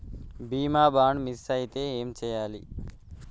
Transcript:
బీమా bond miss అయితే ఏం చేయాలి?